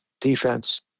defense